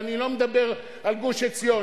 ואני לא מדבר על גוש-עציון.